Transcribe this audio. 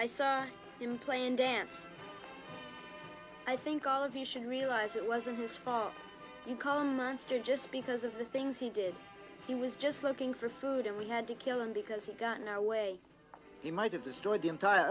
i saw him playing dance i think all of you should realize it wasn't his fault he come monster just because of the things he did he was just looking for food and we had to kill him because he got no way he might have destroyed the entire